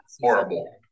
Horrible